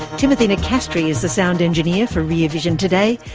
timothy nicastri is the sound engineer for rear vision today.